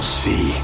see